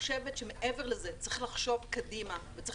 אלא מעבר לזה צריך לחשוב קדימה וצריך